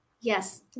Yes